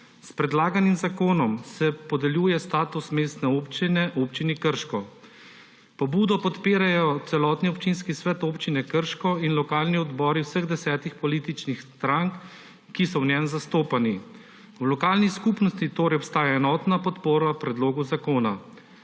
S predlaganim zakonom se podeljuje status mestne občine Občini Krško. Pobudo podpirajo celotni občinski svet Občine Krško in lokalni odbori vseh desetih političnih strank, ki so v njem zastopani. V lokalni skupnosti torej obstaja enotna podpora predlogu zakona.